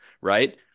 right